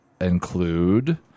include